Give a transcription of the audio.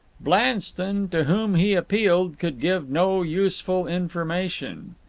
blanston, to whom he appealed, could give no useful information.